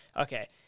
okay